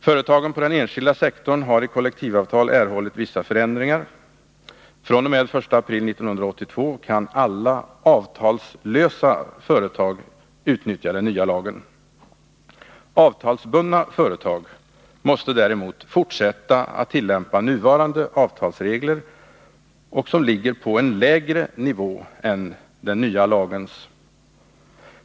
Företagen på den enskilda sektorn har i kollektivavtal erhållit vissa förändringar. fr.o.m. den 1 april 1982 kan alla avtalslösa företag utnyttja den nya lagen. Avtalsbundna företag måste däremot fortsätta att tillämpa nuvarande avtalsregler, som ligger på en lägre nivå än den nya lagens.